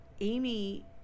Amy